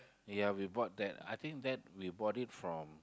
ya we bought that I think that we bought it from